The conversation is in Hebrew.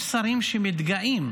יש שרים שמתגאים,